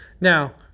Now